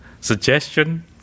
suggestion